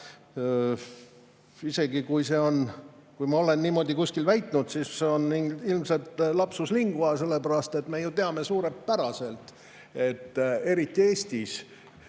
Isegi kui ma olen niimoodi kuskil väitnud, siis oli see ilmseltlapsus linguae, sellepärast et me ju teame suurepäraselt, et eriti Eestis